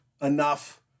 enough